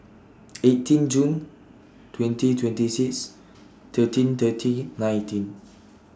eighteen June twenty twenty six thirteen thirty nineteen